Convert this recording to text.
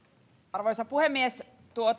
arvoisa puhemies